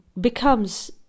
becomes